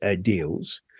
deals